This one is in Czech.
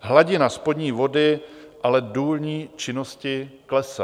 Hladina spodní vody ale důlní činností klesá.